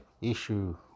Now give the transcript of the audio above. issue